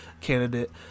candidate